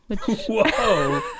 Whoa